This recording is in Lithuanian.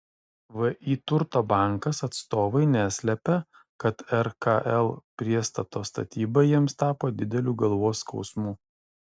vį turto bankas atstovai neslepia kad rkl priestato statyba jiems tapo dideliu galvos skausmu